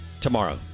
tomorrow